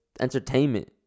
entertainment